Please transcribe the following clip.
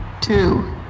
two